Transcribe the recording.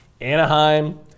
anaheim